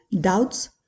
doubts